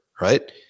right